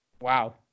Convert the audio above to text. Wow